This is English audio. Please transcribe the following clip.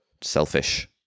selfish